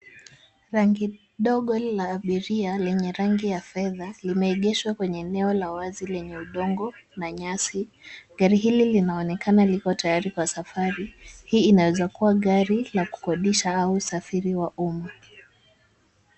Gari ndogo la abiria lenye rangi ya fedha limeegeshwa kwenye eneo la wazi lenye udongo na nyasi. Gari hili linaonekana liko tayari kwa safari, hii inawezakuwa gari la kukodisha au usafiri wa umma.